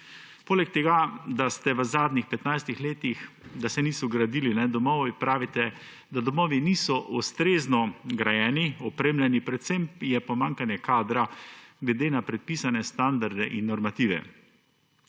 Poleg tega, da se v zadnjih 15 letih niso gradili domovi, pravite, da domovi niso ustrezno grajeni, opremljeni, predvsem je pomanjkanje kadra glede na predpisane standarde in normative.